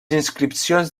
inscripcions